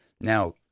Now